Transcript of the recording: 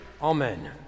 Amen